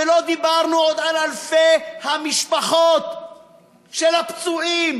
ולא דיברנו עוד על אלפי המשפחות של הפצועים,